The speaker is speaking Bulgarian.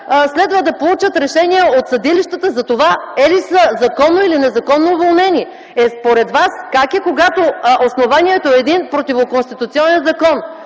следва да получат решения от съдилищата, за това те законно или незаконно са уволнени. Е, според вас как е, когато основанието е един противоконституционен закон?!